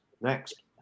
Next